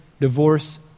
divorce